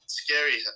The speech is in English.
scary